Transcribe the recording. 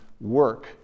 work